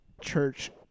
church